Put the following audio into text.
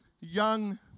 young